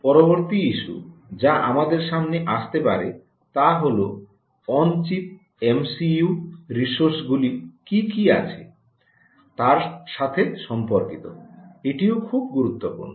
পরবর্তী ইস্যু যা আমাদের সামনে আসতে পারে তা হল অনচিপ এমসিইউ রিসোর্সগুলি কি কি আছে তার সাথে সম্পর্কিত এটিও খুব গুরুত্বপূর্ণ